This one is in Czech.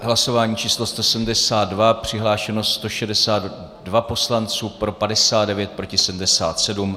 Hlasování číslo 172, přihlášeno 162 poslanců, pro 59, proti 77.